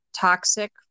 toxic